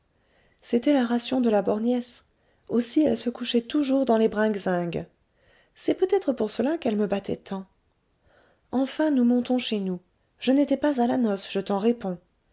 c'était la ration de la borgnesse aussi elle se couchait toujours dans les bringues zingues c'est peut-être pour cela qu'elle me battait tant enfin nous montons chez nous je n'étais pas à la noce je t'en réponds